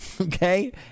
Okay